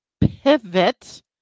pivot